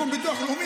מקום ביטוח לאומי,